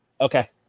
Okay